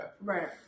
Right